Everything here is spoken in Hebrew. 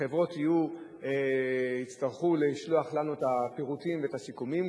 החברות יצטרכו לשלוח לנו את הפירוטים ואת הסיכומים.